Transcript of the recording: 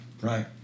Right